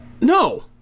No